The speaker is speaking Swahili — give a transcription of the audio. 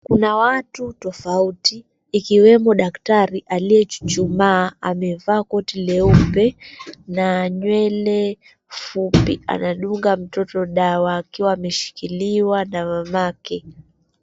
Kuna watu tofauti ikiwemo daktari aliyechuchuma amevaa koti leupe na nywele fupi anadunga mtoto dawa akiwa ameshikiliwa na mamake.